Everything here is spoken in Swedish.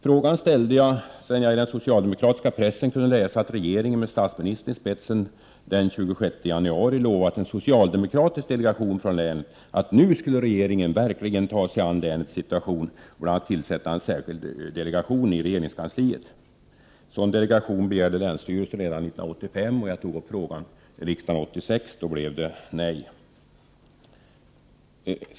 Jag ställde frågan sedan jag i den socialdemokratiska pressen kunnat läsa att regeringen med statsministern i spetsen den 27 januari lovat en socialdemokratisk delegation från länet att regeringen nu verkligen skulle ta sig an länets situation och bl.a. tillsätta en särskild delegation i regeringskansliet. En sådan delegation begärdes av länsstyrelsen redan 1985, och jag tog upp frågan i riksdagen 1986. Då blev det nej.